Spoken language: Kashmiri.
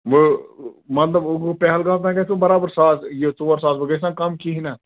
وٕ مطلب وٕ پہلگام تانۍ گژھِ وٕ برابر ساس یہِ ژور ساس وٕ گژھِ نہ کَم کِہیٖنۍ اَتھ